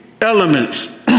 elements